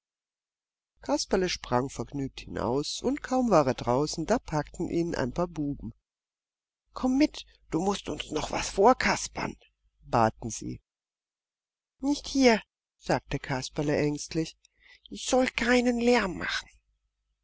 kasperle sprang vergnügt hinaus und kaum war er draußen da packten ihn ein paar buben komm mit du mußt uns noch was vorkaspern baten sie nicht hier sagte kasperle ängstlich ich soll keinen lärm machen